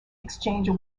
exchanger